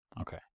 Okay